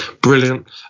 Brilliant